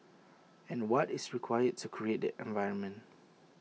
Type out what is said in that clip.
and what is required to create that environment